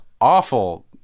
awful